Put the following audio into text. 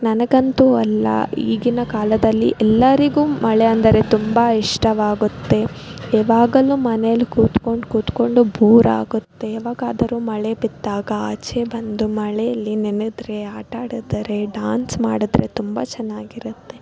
ನನಗಂತೂ ಅಲ್ಲ ಈಗಿನ ಕಾಲದಲ್ಲಿ ಎಲ್ಲರಿಗೂ ಮಳೆ ಅಂದರೆ ತುಂಬ ಇಷ್ಟವಾಗುತ್ತೆ ಯಾವಾಗಲು ಮನೇಲ್ ಕೂತ್ಕೊಂಡು ಕೂತ್ಕೊಂಡು ಭೋರ್ ಆಗುತ್ತೆ ಯಾವಾಗಾದರು ಮಳೆ ಬಿದ್ದಾಗ ಆಚೆ ಬಂದು ಮಳೆಯಲ್ಲಿ ನೆನದ್ರೆ ಆಟ ಆಡಿದರೆ ಡಾನ್ಸ್ ಮಾಡಿದ್ರೆ ತುಂಬ ಚೆನ್ನಾಗಿರತ್ತೆ